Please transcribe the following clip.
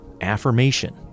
Affirmation